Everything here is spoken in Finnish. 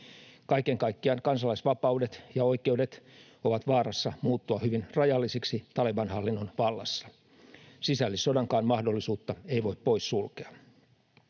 Kaiken kaikkiaan kansalaisvapaudet ja ‑oikeudet ovat vaarassa muuttua hyvin rajallisiksi Taliban-hallinnon vallassa. Sisällissodankaan mahdollisuutta ei voi poissulkea.